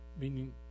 Meaning